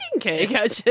cake